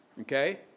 okay